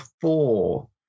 four